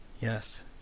Yes